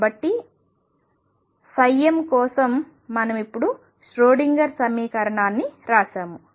కాబట్టి m కోసం మనం ఇప్పుడే ష్రోడింగర్ సమీకరణాన్ని రాసాము